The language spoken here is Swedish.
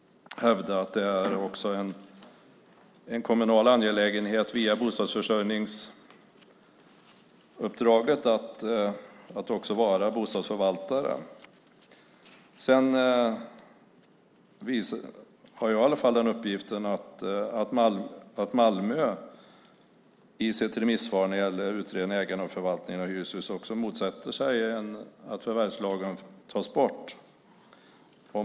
Det är en kommunal angelägenhet via bostadsförsörjningsuppdraget att vara bostadsförvaltare. Jag har i alla fall den uppgiften att Malmö i sitt remissvar på utredningen om ägande och förvaltning av hyreshus motsätter sig att förvärvslagen tas bort.